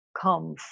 come